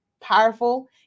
powerful